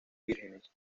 vírgenes